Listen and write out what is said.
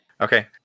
Okay